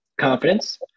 Confidence